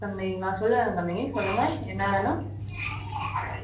கண்மணிங்களா சொல்லுங்கள் கண்மணி சொல்லுங்கள் என்ன வேணும்